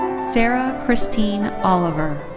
sarah christine oliver.